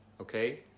Okay